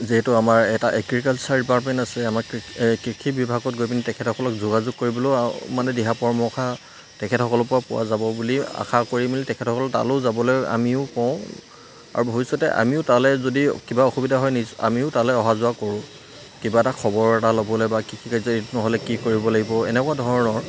যিহেতু আমাৰ এটা এগ্ৰিকালচাৰ ডিপাৰ্টমেণ্ট আছে আমাৰ কি কৃষি বিভাগত গৈ পিনি তেখেতসকলক যোগাযোগ কৰিবলৈও মানে দিহা পৰামৰ্শা তেখেতসকলৰ পৰা পোৱা যাব বুলি আশা কৰি মেলি তেখেতসকলক তালৈ যাবলৈ আমিও কওঁ আৰু ভৱিষ্যতে আমিও তালৈ যদি কিবা অসুবিধা হয় নিজ আমিও তালৈ অহা যোৱা কৰোঁ কিবা এটা খবৰ এটা ল'বলৈ বা কৃষি কাৰ্য্য়ত এইটো নহ'লে কি কৰিব লাগিব এনেকুৱা ধৰণৰ